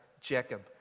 Jacob